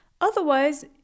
Otherwise